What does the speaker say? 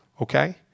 Okay